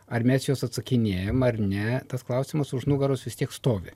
ar mes juos atsakinėjam ar ne tas klausimas už nugaros vis tiek stovi